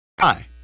Hi